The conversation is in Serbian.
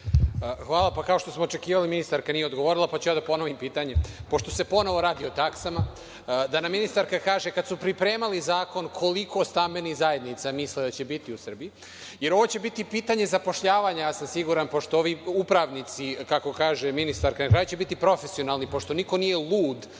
Hvala. Kao što smo očekivali, ministarka nije odgovorila, pa ću ja da ponovim pitanje. Pošto se ponovo radi o taksama, da nam ministarka kaže, kada su pripremali zakon, koliko stambenih zajednica je mislila da će biti u Srbiji? Jer, ovo će biti pitanje zapošljavanja, ja sam siguran, pošto ovi upravnici, kako kaže ministarka, na kraju će biti profesionalni, pošto niko nije lud